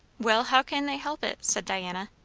well, how can they help it? said diana.